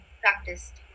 practiced